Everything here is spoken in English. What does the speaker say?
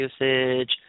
usage